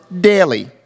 daily